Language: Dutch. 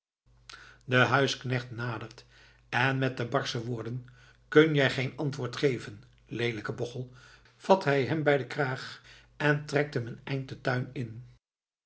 de huisknecht nadert en met de barsche woorden kun jij geen antwoord geven leelijke bochel vat hij hem bij den kraag en trekt hem een eind den tuin in